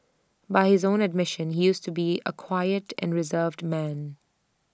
by his own admission he used to be A quiet and reserved man